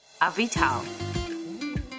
Avital